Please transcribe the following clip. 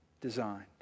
designed